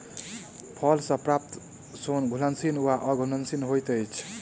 फल सॅ प्राप्त सोन घुलनशील वा अघुलनशील होइत अछि